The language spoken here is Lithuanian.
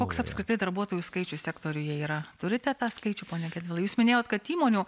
koks apskritai darbuotojų skaičius sektoriuje yra turite tą skaičių pone gentvilai jūs minėjot kad įmonių